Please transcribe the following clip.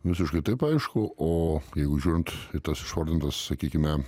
visiškai taip aišku o jeigu žiūrint į tas išvardintas sakykime